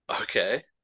Okay